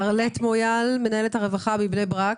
ארלט מויאל, מנהלת הרווחה מבני ברק,